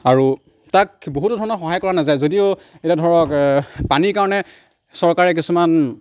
আৰু তাক বহুতো ধৰণৰ সহায় কৰা নাযায় যদিও এতিয়া ধৰক পানীৰ কাৰণে চৰকাৰে কিছুমান